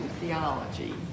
theology